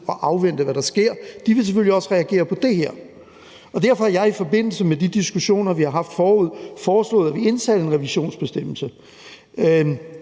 og afvente, hvad der sker. De vil selvfølgelig også reagere på det her. Og derfor har jeg i forbindelse med de diskussioner, vi har haft forud, foreslået, at vi indsatte en revisionsbestemmelse.